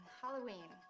halloween